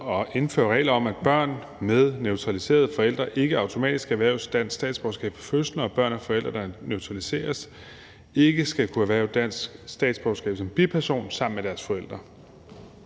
at indføre regler om, at børn med naturaliserede forældre ikke automatisk erhverver dansk statsborgerskab ved fødslen, og at børn af forældre, der naturaliseres, ikke skal kunne erhverve dansk statsborgerskab som biperson sammen med deres forældre.